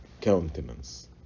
countenance